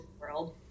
world